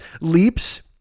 leaps